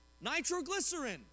Nitroglycerin